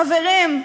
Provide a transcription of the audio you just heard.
חברים,